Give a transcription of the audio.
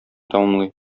тәмамлый